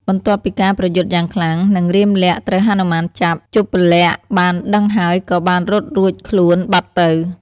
បន្ទាប់ពីការប្រយុទ្ធយ៉ាងខ្លាំង និងរាមលក្សណ៍ត្រូវហនុមានចាប់ ជប្បលក្សណ៍បានដឹងហើយក៏បានរត់រួចខ្លួនបាត់ទៅ។